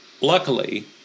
Luckily